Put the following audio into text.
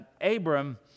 Abram